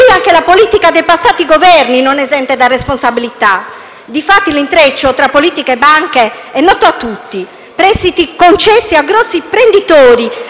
caso anche la politica dei passati Governi non è esente da responsabilità. Difatti, l'intreccio tra politica e banche è noto a tutti: prestiti concessi a grossi imprenditori,